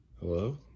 Hello